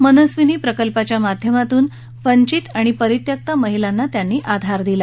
मनस्विनी प्रकल्पाच्या माध्यमातून वंचित आणि परित्यक्त्या महिलांना आधार दिला